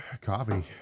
Coffee